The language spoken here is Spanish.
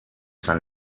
san